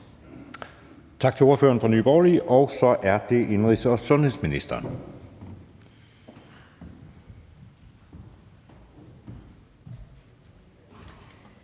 Tak til ordføreren for Nye Borgerlige. Så er det indenrigs- og sundhedsministeren.